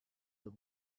the